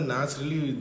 Naturally